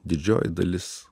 didžioji dalis